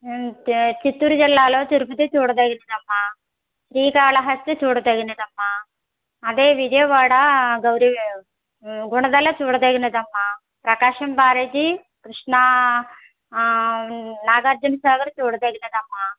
చిత్తూరు జిల్లాలో తిరుపతి చూడతగినదమ్మా శ్రీ కాళహస్తి చూడతగినదమ్మా అదే విజయవాడ గౌరీ గుణదల చూడతగినదమ్మా ప్రకాశం బ్యారేజీ కృష్ణ నాగార్జున సాగర్ చూడతగినదమ్మా